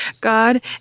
God